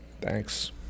Thanks